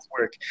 work